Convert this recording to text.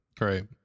Right